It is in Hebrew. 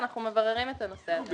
אנחנו מבררים את הנושא הזה.